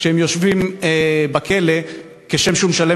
אני קוראת